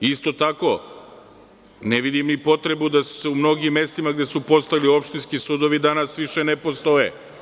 Isto tako, ne vidim ni potrebu da su se u mnogim mestima gde su postojali opštinski sudovi danas više ne postoje.